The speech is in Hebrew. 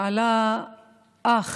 עלה אח